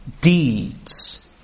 Deeds